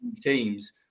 teams